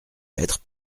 lettres